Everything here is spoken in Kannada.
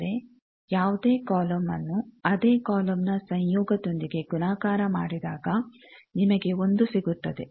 ಅಂದರೆ ಯಾವುದೇ ಕಾಲಮ್ನ್ನು ಅದೇ ಕಾಲಮ್ನ ಸಂಯೋಗದೊಂದಿಗೆ ಗುಣಾಕಾರ ಮಾಡಿದಾಗ ನಿಮಗೆ ಒಂದು ಸಿಗುತ್ತದೆ